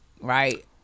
Right